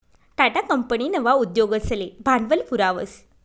Tata company नवा उद्योगसले भांडवल पुरावस